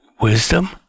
wisdom